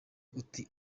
uti